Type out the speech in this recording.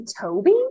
toby